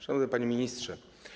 Szanowny Panie Ministrze!